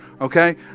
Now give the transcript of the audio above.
okay